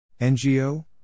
NGO